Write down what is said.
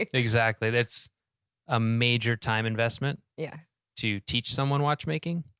exactly. it's a major time investment yeah to teach someone watchmaking,